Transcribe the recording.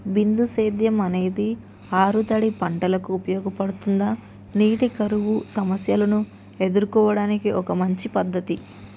బిందు సేద్యం అనేది ఆరుతడి పంటలకు ఉపయోగపడుతుందా నీటి కరువు సమస్యను ఎదుర్కోవడానికి ఒక మంచి పద్ధతి?